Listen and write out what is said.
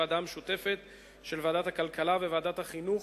לוועדה משותפת של ועדת הכלכלה וועדת החינוך,